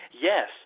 Yes